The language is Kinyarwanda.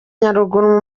nyaruguru